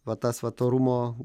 va tas vat orumo